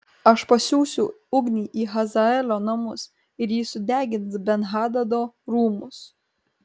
aš pasiųsiu ugnį į hazaelio namus ir ji sudegins ben hadado rūmus